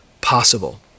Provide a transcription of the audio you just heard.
possible